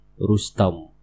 Rustam